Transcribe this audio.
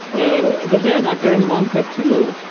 ah but then, after a month or two,